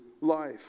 life